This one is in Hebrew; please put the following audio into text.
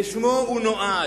לזה הוא נועד.